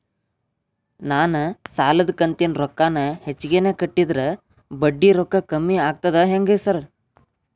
ನಾನ್ ಸಾಲದ ಕಂತಿನ ರೊಕ್ಕಾನ ಹೆಚ್ಚಿಗೆನೇ ಕಟ್ಟಿದ್ರ ಬಡ್ಡಿ ರೊಕ್ಕಾ ಕಮ್ಮಿ ಆಗ್ತದಾ ಹೆಂಗ್ ಸಾರ್?